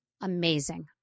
amazing